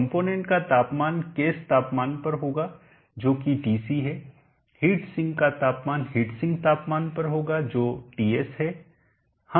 component का तापमान case तापमान पर होगा जो कि TC है हीट सिंक का तापमान हीट सिंक तापमान पर होगा जो TS है